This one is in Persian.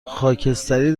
خاکستری